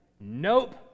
nope